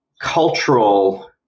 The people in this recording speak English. cultural